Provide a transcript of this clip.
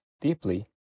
deeply